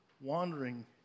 wandering